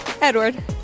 Edward